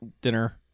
Dinner